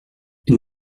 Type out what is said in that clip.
une